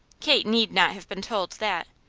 kate need not have been told that.